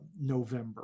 November